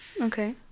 Okay